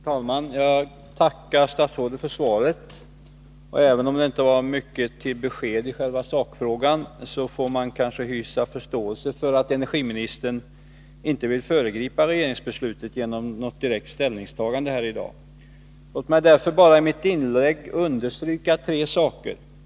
Herr talman! Jag tackar statsrådet för svaret. Även om det inte var mycket till besked i själva sakfrågan, får man kanske hysa förståelse för att energiministern inte vill föregripa regeringsbeslutet genom något direkt ställningstagande här i dag. Låt mig därför i mitt inlägg bara understryka tre saker.